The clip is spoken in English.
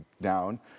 down